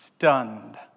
Stunned